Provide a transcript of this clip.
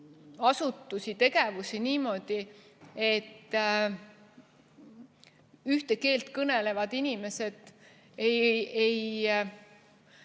asutusi, tegevusi niimoodi, et ühte keelt kõnelevad inimesed nagu